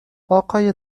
اقای